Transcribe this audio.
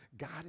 God